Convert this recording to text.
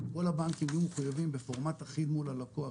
כל הבנקים יהיו מחוייבים בפורמט אחיד מול הלקוח,